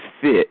fit